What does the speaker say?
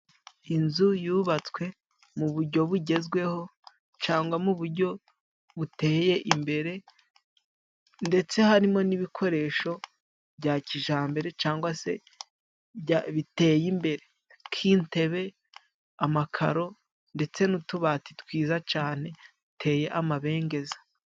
Inzu yubatswe mu bujyo bugezweho cangwa mu bujyo buteye imbere, ndetse harimo n'ibikoresho bya kijambere cangwa se biteye imbere nk'intebe, amakaro, ndetse n'utubati twiza cane biteteye amabengeza.